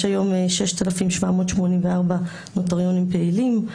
יש היום 6,784 נוטריונים פעילים.